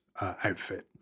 outfit